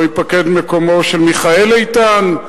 לא ייפקד מקומו של מיכאל איתן,